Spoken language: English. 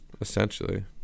Essentially